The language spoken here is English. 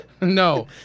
No